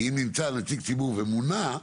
אם נמצא נציג ציבור ומונה,